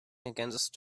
against